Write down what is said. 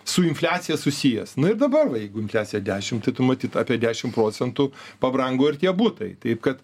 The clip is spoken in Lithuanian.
su infliacija susijęs nu ir dabar va jeigu infliacija dešim tai tu matyt apie dešim procentų pabrango ir tie butai taip kad